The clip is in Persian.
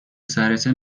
سرته